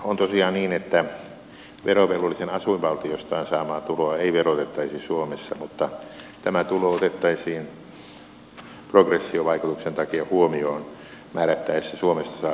on tosiaan niin että verovelvollisen asuinvaltiostaan saamaa tuloa ei verotettaisi suomessa mutta tämä tulo otettaisiin progressiovaikutuksen takia huomioon määrättäessä suomessa saadun tulon veroa